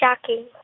shocking